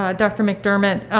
ah dr. mcdermott.